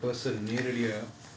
person நேரடியா:neradiyaa